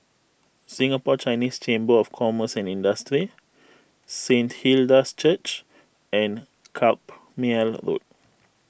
Singapore Chinese Chamber of Commerce and Industry Saint Hilda's Church and Carpmael Road